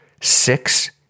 six